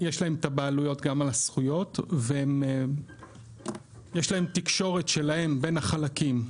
שיש להן בעלויות גם על הזכויות ויש להן תקשורת שלהם בין החלקים.